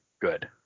Good